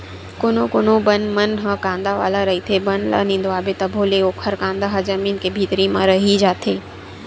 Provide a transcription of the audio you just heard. कोनो कोनो बन मन ह कांदा वाला रहिथे, बन ल निंदवाबे तभो ले ओखर कांदा ह जमीन के भीतरी म रहि जाथे